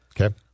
Okay